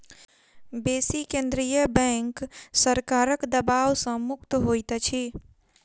बेसी केंद्रीय बैंक सरकारक दबाव सॅ मुक्त होइत अछि